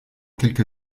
quelque